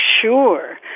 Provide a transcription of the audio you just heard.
sure